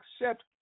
accept